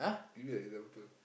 give me an example